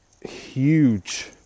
huge